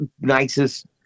nicest